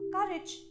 Courage